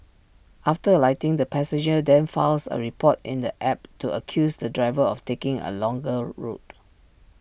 after alighting the passenger then files A report in the app to accuse the driver of taking A longer route